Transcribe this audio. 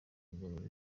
kugorora